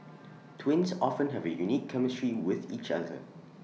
twins often have A unique chemistry with each other